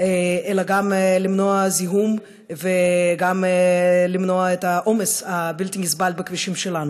אלא גם למנוע זיהום וגם למנוע את העומס הבלתי-נסבל בכבישים שלנו.